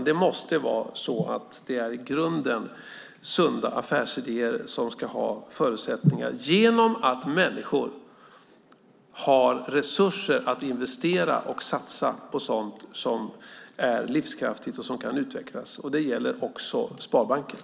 Det måste i grunden vara sunda affärsidéer som ska ha förutsättningar genom att människor har resurser att investera och satsa på sådant som är livskraftigt och som kan utvecklas. Det gäller också sparbankerna.